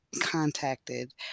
contacted